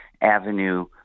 Avenue